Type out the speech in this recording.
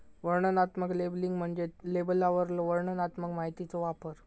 वर्णनात्मक लेबलिंग म्हणजे लेबलवरलो वर्णनात्मक माहितीचो वापर